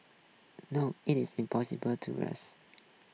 no it is impossible to rest